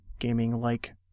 gaming-like